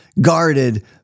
guarded